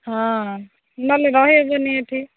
ହଁ ନହେଲେ ରହିବନି ଏଠି